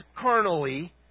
carnally